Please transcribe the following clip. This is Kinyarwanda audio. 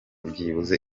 byibuze